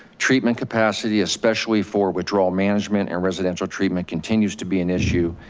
treatment capacity, especially for withdrawal management and residential treatment continues to be an issue.